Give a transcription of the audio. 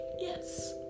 Yes